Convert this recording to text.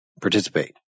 participate